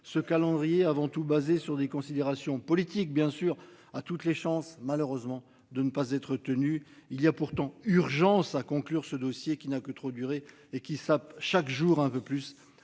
Ce calendrier avant tout basé sur des considérations politiques bien sûr a toutes les chances malheureusement de ne pas être tenu. Il y a pourtant urgence à conclure ce dossier qui n'a que trop duré et qui sape chaque jour un peu plus